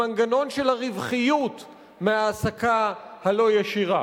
המנגנון של הרווחיות מההעסקה הלא-ישירה.